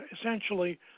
Essentially